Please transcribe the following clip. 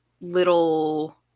little